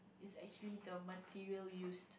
it's actually the material used